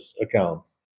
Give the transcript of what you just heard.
accounts